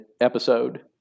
episode